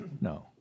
no